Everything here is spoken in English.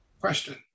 question